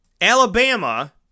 Alabama